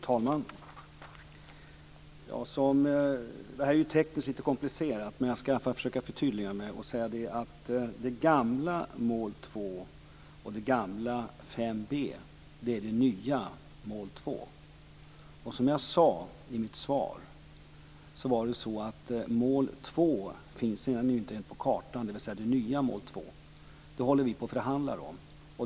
Fru talman! Det är lite tekniskt komplicerat, men jag skall försöka förtydliga mig. Det gamla mål 2 och det gamla 5 b blir det nya mål 2. Som jag sade i mitt svar finns det nya mål 2 inte ens på kartan ännu. Det håller vi på och förhandlar om.